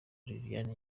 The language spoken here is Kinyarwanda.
liliane